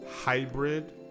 hybrid